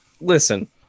listen